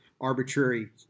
arbitrary